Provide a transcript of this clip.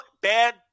bad